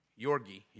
Yorgi